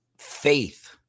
faith